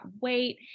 wait